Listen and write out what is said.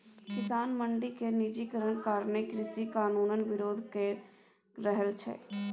किसान मंडी केर निजीकरण कारणें कृषि कानुनक बिरोध कए रहल छै